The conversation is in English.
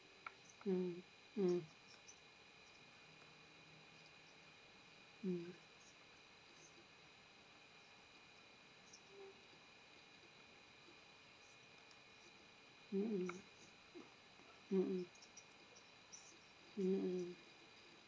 mm mm mm mm mm mm mm mm mm